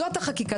זאת החקיקה,